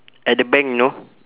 at the bank you know